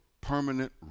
permanent